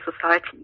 society